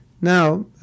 Now